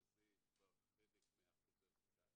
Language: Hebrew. שזה כבר חלק מהחוזר החדש,